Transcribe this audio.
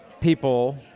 people